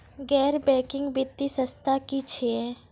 गैर बैंकिंग वित्तीय संस्था की छियै?